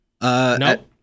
No